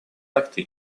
акты